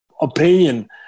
opinion